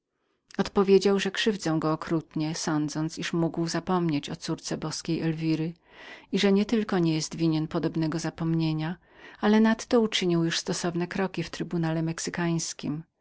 odpowiedział że krzywdziłam go okrutnie sądząc że mógł zapomnieć ao córce boskiej elwiry że nietylko nie był winnym podobnego zapomnienia ale nadto uczynił już stosowne kroki do rządu mexykańskiego